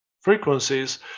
frequencies